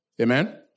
Amen